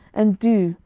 and do,